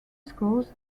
schools